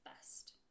best